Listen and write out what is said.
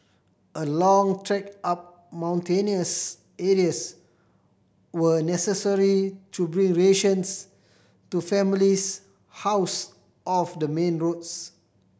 a long trek up mountainous areas were necessary to bring rations to families housed off the main roads